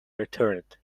returned